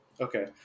Okay